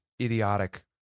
idiotic